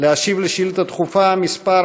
להשיב על שאילתה דחופה מס'